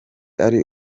ari